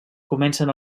comencen